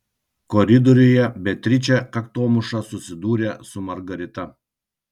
koridoriuje beatričė kaktomuša susidūrė su margarita